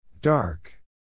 Dark